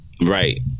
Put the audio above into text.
Right